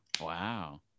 Wow